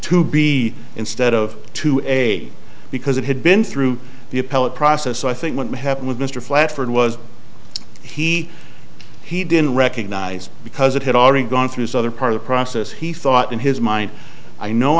to be instead of to a because it had been through the appellate process so i think what happened with mr flack for it was he he didn't recognize because it had already gone through southern part of the process he thought in his mind i know